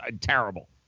terrible